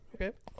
Okay